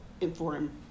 inform